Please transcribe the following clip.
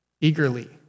eagerly